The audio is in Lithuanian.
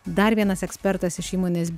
dar vienas ekspertas iš įmonės